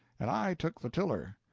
and i took the tiller.